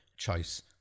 choice